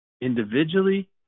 individually